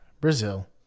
Brazil